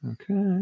Okay